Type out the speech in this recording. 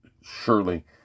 surely